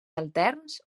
alterns